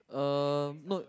um no